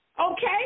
Okay